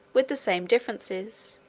with the same differences